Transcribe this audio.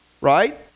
right